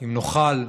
אם נוכל,